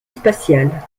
spatiale